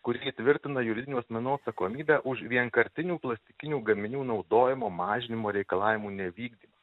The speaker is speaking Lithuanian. kurie įtvirtina juridinių asmenų atsakomybę už vienkartinių plastikinių gaminių naudojimo mažinimo reikalavimų nevykdymą